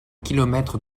kilomètres